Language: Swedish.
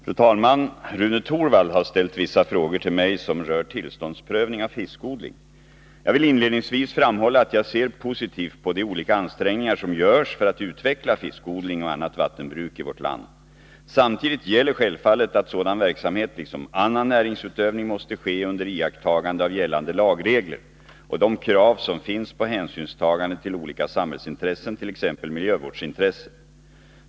Fru talman! Rune Torwald har ställt vissa frågor till mig som rör tillståndsprövning av fiskodling. Jag vill inledningsvis framhålla att jag ser positivt på de olika ansträngningar som görs för att utveckla fiskodling och annat vattenbruk i vårt land. Samtidigt gäller självfallet att sådan verksamhet, liksom annan näringsutövning, måste ske under iakttagande av gällande lagregler och de krav som finns på hänsynstagande till olika samhällsintressen, t.ex. miljövårdsintresset.